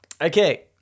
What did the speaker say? Okay